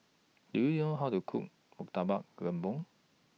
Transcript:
Do YOU know How to Cook Murtabak Lembu